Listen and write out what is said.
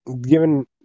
given